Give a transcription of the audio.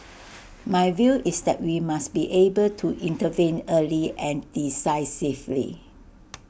my view is that we must be able to intervene early and decisively